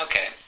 Okay